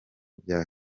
bya